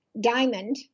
diamond